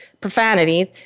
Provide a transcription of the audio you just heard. profanities